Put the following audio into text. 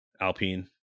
Alpine